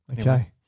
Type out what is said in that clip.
Okay